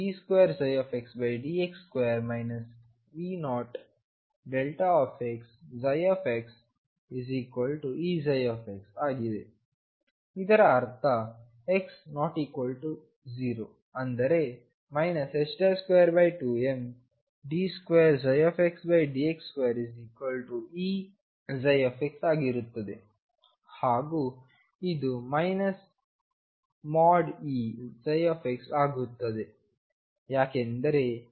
ಇದರ ಅರ್ಥ x≠0 ಆದರೆ 22md2xdx2Eψ ಆಗಿರುತ್ತದೆ ಹಾಗೂ ಇದು Eψ ಆಗುತ್ತದೆ ಯಾಕೆಂದರೆE0